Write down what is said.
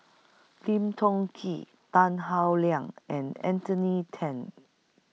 Lim Chong Keat Tan Howe Liang and Anthony ten